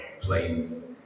planes